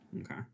Okay